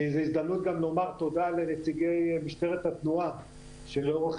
זו הזדמנות גם לומר תודה לנציגי משטרת התנועה שלאורך